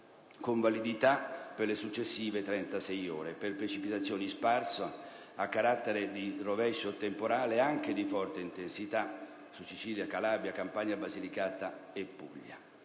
con validità per le successive 36 ore, per precipitazioni sparse a carattere di rovescio o temporale, anche di forte intensità, su Sicilia, Calabria, Campania, Basilicata e Puglia.